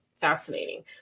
fascinating